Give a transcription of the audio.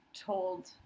told